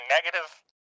negative